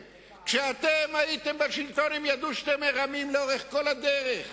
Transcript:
כשאתם הייתם בשלטון הם ידעו שאתם מרמים לאורך כל הדרך.